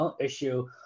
issue